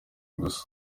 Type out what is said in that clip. gusa